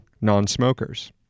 non-smokers